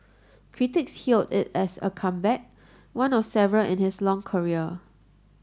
critics hailed it as a comeback one of several in his long career